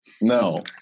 No